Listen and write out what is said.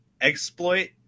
exploit